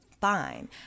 fine